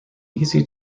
easy